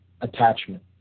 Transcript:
attachment